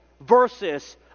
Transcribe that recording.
versus